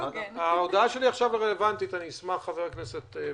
ההודעה שלי רלוונטית, ואני אשמח, חבר הכנסת בוסו,